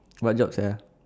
what job sia